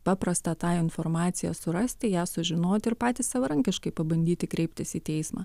paprastą tą informaciją surasti ją sužinoti ir patys savarankiškai pabandyti kreiptis į teismą